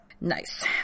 Nice